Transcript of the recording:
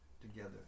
together